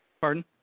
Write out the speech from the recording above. Pardon